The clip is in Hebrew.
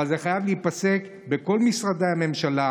אבל זה חייב להיפסק בכל משרדי הממשלה,